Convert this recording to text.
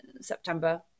September